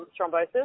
thrombosis